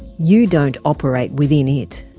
you don't operate within it.